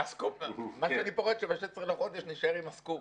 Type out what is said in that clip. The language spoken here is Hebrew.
מה שאני פוחד, שב-16 בחודש נישאר עם הסקופ.